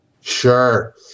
Sure